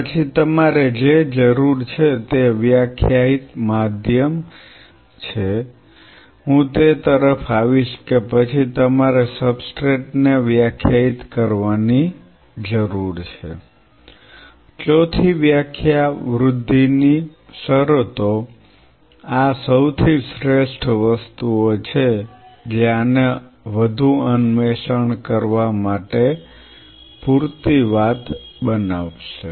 પછી તમારે જે જરૂર છે તે વ્યાખ્યાયિત માધ્યમ છે હું તે તરફ આવીશ કે પછી તમારે સબસ્ટ્રેટને વ્યાખ્યાયિત કરવાની જરૂર છે ચોથી વ્યાખ્યા વૃદ્ધિની શરતો આ સૌથી શ્રેષ્ઠ વસ્તુઓ છે જે આને વધુ અન્વેષણ કરવા માટે પૂરતી વાત બનાવશે